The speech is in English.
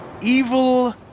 evil